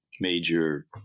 major